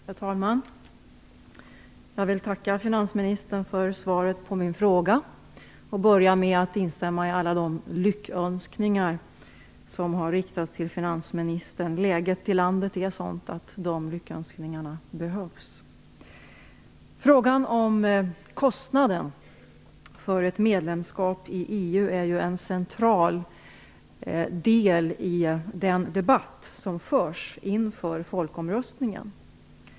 Herr talman! Jag vill tacka finansministern för svaret på min fråga och börjar med att instämma i alla de lyckönskningar som har riktats till finansministern. Läget i landet är sådant att de lyckönskningarna behövs. utgör ju en central del av den debatt som förs inför folkomröstningen.